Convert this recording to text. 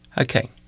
okay